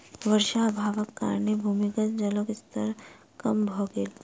वर्षा अभावक कारणेँ भूमिगत जलक स्तर कम भ गेल